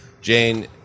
Jane